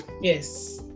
Yes